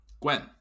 Gwen